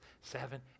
seven